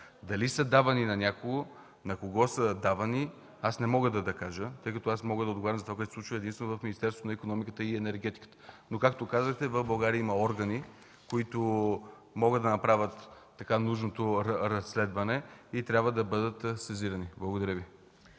Дали са давани на някого, на кого са давани – не мога да кажа, тъй като аз мога да отговарям за това, което се случва единствено в Министерството на икономиката и енергетиката. Както казахте, в България има органи, които могат да направят нужното разследване и трябва да бъдат сезирани. Благодаря Ви.